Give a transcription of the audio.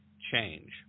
change